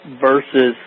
versus